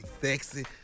sexy